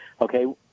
okay